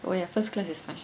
oh ya first class is fine